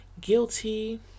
guilty